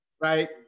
right